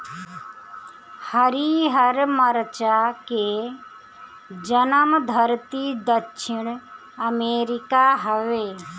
हरिहर मरचा के जनमधरती दक्षिण अमेरिका हवे